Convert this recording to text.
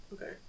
Okay